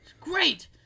Great